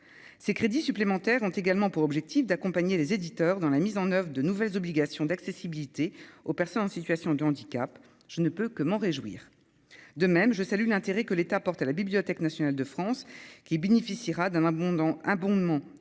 ces crédits supplémentaires ont également pour objectif d'accompagner les éditeurs dans la mise en oeuvre de nouvelles obligations d'accessibilité aux personnes en situation de handicap, je ne peux que m'en réjouir, de même je salue l'intérêt que l'État porte à la Bibliothèque nationale de France, qui bénéficiera d'un abandon abondement